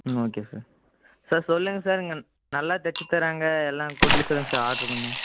ம் okay sir sir சொல்லுங்கள் sir நீங்கள் நல்லா தைச்சுத் தர்றாங்க எல்லாம் கொடுக்க சொல்லுங்கள் சார் ஆர்டர் கொஞ்சம்